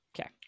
Okay